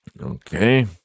Okay